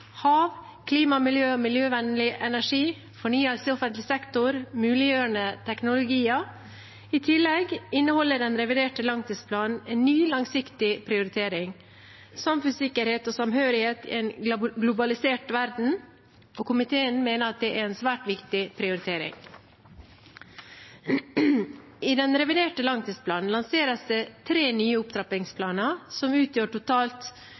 hav klima, miljø og miljøvennlig energi fornyelse i offentlig sektor muliggjørende teknologier I tillegg inneholder den reviderte langtidsplanen en ny langsiktig prioritering: samfunnssikkerhet og samhørighet i en globalisert verden. Komiteen mener at det er en svært viktig prioritering. I den reviderte langtidsplanen lanseres tre nye opptrappingsplaner, som utgjør totalt